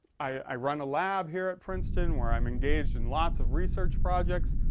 i run a lab here at princeton where i'm engaged in lots of research projects.